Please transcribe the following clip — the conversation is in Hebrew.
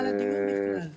אתה ציינת את המכתב האחרון,